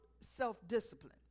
self-discipline